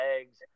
eggs